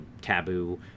taboo